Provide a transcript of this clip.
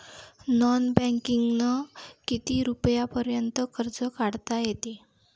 Non बँकिंगनं किती रुपयापर्यंत कर्ज काढता येते?